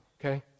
okay